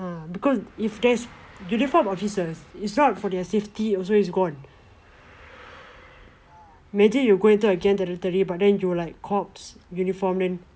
because if there's uniformed officers is bad for their safety also is gone imagine you go into camp territory but then you're like cops uniform then